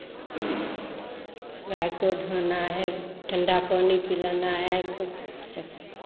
गाय को धोना है ठंडा पानी पिलाना है